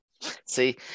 See